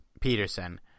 Peterson